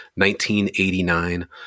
1989